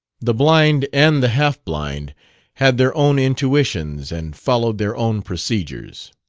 the blind and the half-blind had their own intuitions and followed their own procedures.